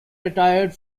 retired